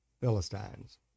Philistines